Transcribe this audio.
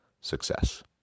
success